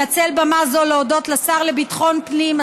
אנצל במה זו להודות לשר לביטחון הפנים,